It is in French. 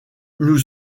nous